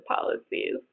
policies